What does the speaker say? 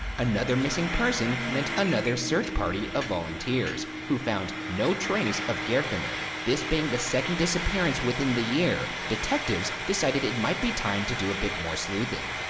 another missing person meant another search party of volunteers, who found no trace of geirfinnur. this being the second disappearance within the year, detectives decided it might be time to do a bit more sleuthing.